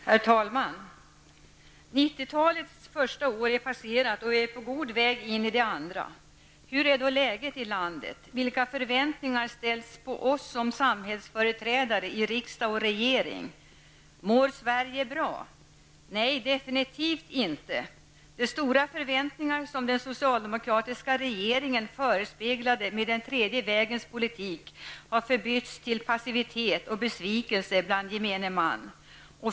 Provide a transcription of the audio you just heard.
Herr talman! 1990-talets första år är passerat, och vi är på god väg in i det andra. Hur är då läget i landet? Vilka förväntningar ställs på oss som samhällsföreträdare i riksdag och regering? Mår Sverige bra? Nej, definitivt inte. De stora förväntningar som den socialdemokratiska regeringen förespeglade skulle infrias med den tredje vägens politik har förbytts till passivitet och besvikelser bland gemene man.